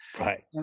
Right